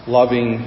loving